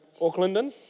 Auckland